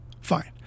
Fine